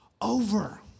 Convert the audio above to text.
over